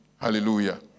Hallelujah